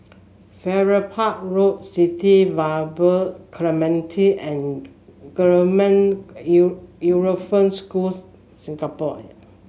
Farrer Park Road City Vibe Clementi and Schools Singapore